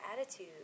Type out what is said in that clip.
attitude